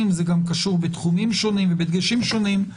- זה גם קשור בתחומים שונים ובדגשים שונים,